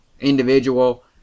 Individual